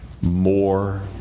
more